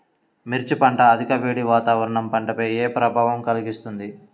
మిర్చి పంట అధిక వేడి వాతావరణం పంటపై ఏ ప్రభావం కలిగిస్తుంది?